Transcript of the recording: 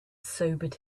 sobered